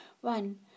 One